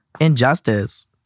Injustice